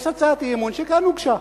יש הצעת אי-אמון שכן הוגשה,